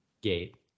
gate